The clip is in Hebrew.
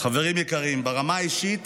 חברים יקרים, ברמה האישית